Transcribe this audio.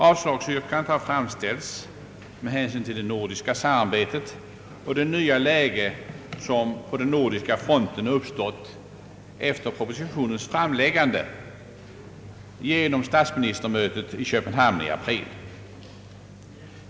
Avslagsyrkandet har av oss framställts med hänsyn till det nordiska samarbetet och det nya läge som efter propositionens framläggande uppstått på den nordiska fronten genom statsministermötet i Köpenhamn i april.